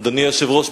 אדוני היושב-ראש,